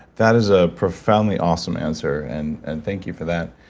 that is a profoundly awesome answer. and and thank you for that.